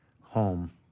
home